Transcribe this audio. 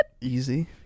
Easy